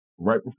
Right